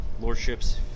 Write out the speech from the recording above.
lordships